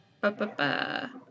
Ba-ba-ba